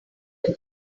your